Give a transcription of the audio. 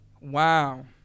wow